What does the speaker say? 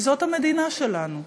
כי זאת המדינה שלנו,